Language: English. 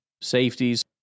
safeties